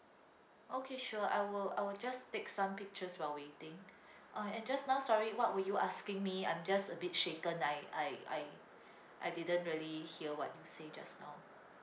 okay sure I will I will just take some pictures while waiting uh and just now sorry what were you asking me I'm just a bit shaken I I I I didn't really hear what you say just now